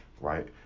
right